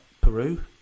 Peru